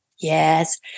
Yes